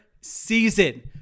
season